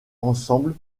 ensemble